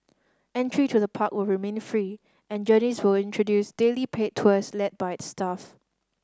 entry to the park will remain free and Journeys will introduce daily paid tours led by its staff